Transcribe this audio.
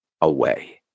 away